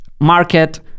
market